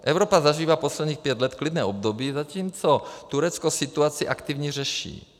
Evropa zažívá posledních pět let klidné období, zatímco Turecko situaci aktivně řeší.